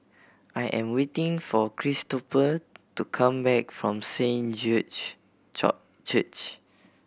I am waiting for Christoper to come back from Saint George Church